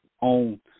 on